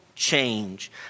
change